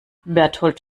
bertold